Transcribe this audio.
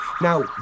Now